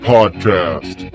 Podcast